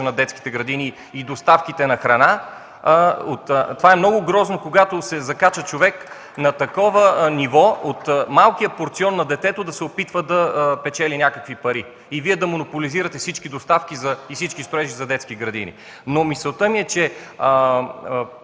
на детските градини и доставките на храна. Това е много грозно, когато се закача човек на такова ниво – от малкия порцион на детето да се опитва да печели някакви пари; и Вие да монополизирате всички доставки и всички строежи на детски градини. Мисълта ми е, че